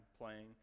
playing